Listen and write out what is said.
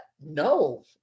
no